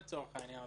לצורך העניין,